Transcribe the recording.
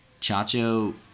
Chacho